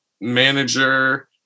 manager